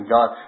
God